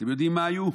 אתם יודעים מה היה?